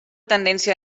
tendència